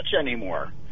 anymore